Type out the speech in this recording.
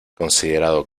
considerado